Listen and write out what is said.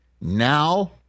Now